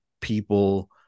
people